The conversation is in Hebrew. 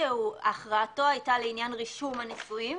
והכרעתו הייתה לעניין רישום הנישואים,